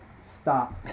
stop